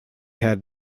had